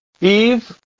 Eve